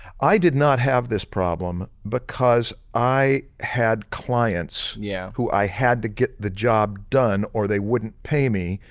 i did not have this problem because i had clients yeah who i had to get the job done or they wouldn't pay me,